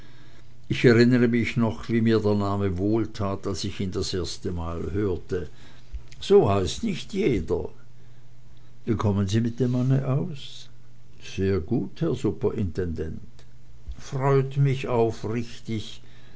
ich erinnere mich noch wie mir der name wohltat als ich ihn das erste mal hörte so heißt nicht jeder wie kommen sie mit dem manne aus sehr gut herr superintendent freut mich aufrichtig